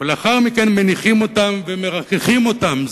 לאחר מכן מניחים אותן ומרככים אותן,